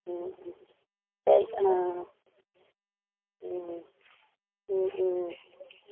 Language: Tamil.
ம்ஹூ சரி ஆ ம் ம் ம்